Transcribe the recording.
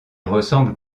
ressemblent